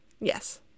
yes